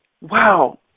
wow